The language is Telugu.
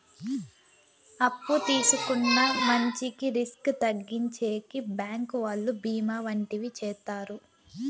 అప్పు తీసుకున్న మంచికి రిస్క్ తగ్గించేకి బ్యాంకు వాళ్ళు బీమా వంటివి చేత్తారు